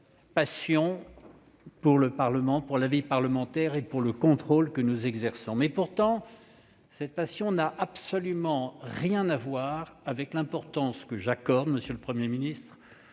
passion pour la vie parlementaire et pour le contrôle que nous exerçons. Pourtant, cette passion n'a absolument rien à voir avec l'importance que j'accorde, monsieur le Premier ministre,